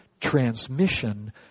transmission